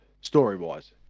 story-wise